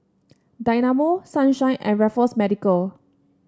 Dynamo Sunshine and Raffles Medical